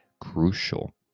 crucial